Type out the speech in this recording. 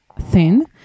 thin